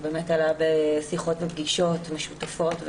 זה באמת בשיחות ופגישות משותפות,